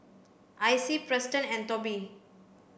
Icy Preston and Tobie